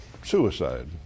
suicide